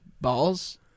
balls